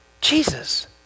Jesus